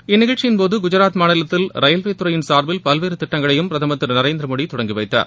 இந்நிகழ்ச்சியின் போது குஜராத் மாநிலத்தில் ரயில்வே துறை சார்பில் பல்வேறு திட்டங்களையும் பிரதமர் திரு நரேந்திர மோடி தொடங்கி வைத்தார்